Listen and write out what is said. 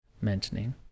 mentioning